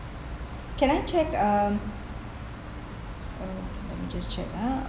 can I check um uh let me just check ah